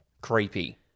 Creepy